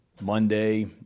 Monday